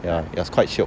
ya it was quite shiok